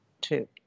two